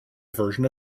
version